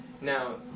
Now